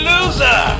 Loser